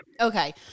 Okay